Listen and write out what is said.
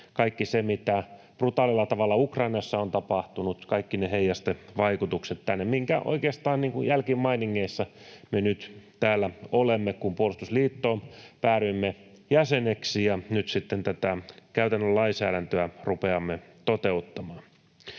kaikki se, mitä brutaalilla tavalla Ukrainassa on tapahtunut, ja kaikki ne heijastevaikutukset tänne, minkä jälkimainingeissa me oikeastaan nyt täällä olemme, kun puolustusliittoon päädyimme jäseneksi ja nyt sitten tätä käytännön lainsäädäntöä rupeamme toteuttamaan.